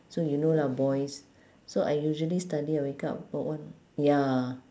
so you know lah boys so I usually study I wake up for ya